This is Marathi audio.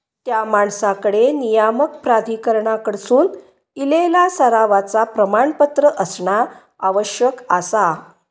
त्या माणसाकडे नियामक प्राधिकरणाकडसून इलेला सरावाचा प्रमाणपत्र असणा आवश्यक आसा